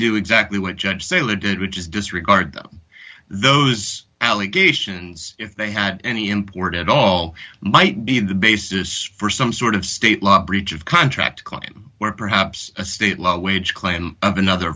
do exactly what judge sailor did which is disregard those allegations if they had any import at all might be the basis for some sort of state law breach of contract common where perhaps a state law wage clay and another